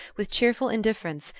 with cheerful indifference,